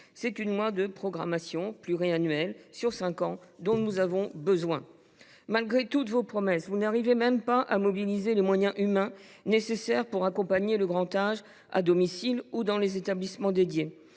C’est une loi de programmation pluriannuelle, sur cinq ans, dont nous avons besoin. Malgré toutes vos promesses, vous n’arrivez même pas à mobiliser les moyens humains nécessaires pour accompagner le grand âge à domicile ou dans les établissements dédiés.